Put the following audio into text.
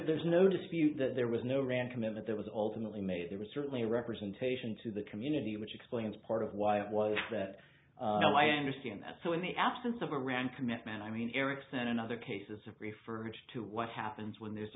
there's no dispute that there was no rand commitment there was ultimately made there was certainly representation to the community which explains part of why it was that well i understand that so in the absence of a round commitment i mean ericsson and other cases have referred to what happens when there's